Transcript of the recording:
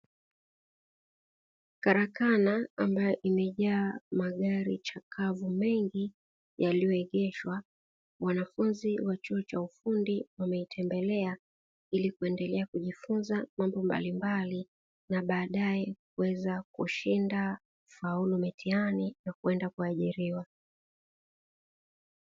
Karakana ambayo imejaa magari chakavu mengi yaliyoegeshwa, mwanafunzi wa chuo cha ufundi wameitembelea ili kuendelea kujifunza mambo mablimbali, na baadaye kuweza kushinda kufaulu mitihani na kwenda kuajiriwa.